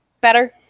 Better